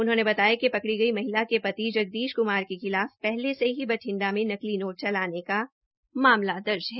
उन्होंने बताया कि पकड़ी गई महिला के पति जगदीश कुमार के खिलाफ पहले से ही बठिडां मे नकली नोट चलाने का मामला दर्ज है